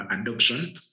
adoption